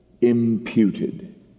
imputed